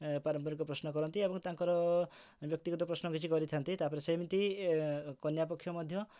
ପାରମ୍ପରିକ ପ୍ରଶ୍ନ କରନ୍ତି ଏବଂ ତାଙ୍କର ବ୍ୟକ୍ତିଗତ ପ୍ରଶ୍ନ କିଛି କରିଥାନ୍ତି ତା'ପରେ ସେମିତି କନ୍ୟା ପକ୍ଷ ମଧ୍ୟ